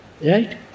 Right